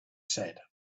said